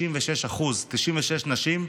96 נשים,